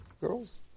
girls